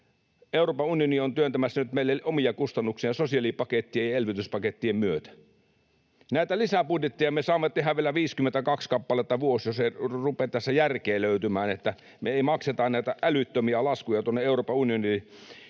Euroopan unioni on työntämässä nyt meille omia kustannuksiaan sosiaalipakettien ja elvytyspakettien myötä. Näitä lisäbudjetteja me saamme tehdä vielä 52 kappaletta vuodessa, jos ei rupea tässä järkeä löytymään, niin että me emme maksa näitä älyttömiä laskuja tuonne Euroopan unioniin.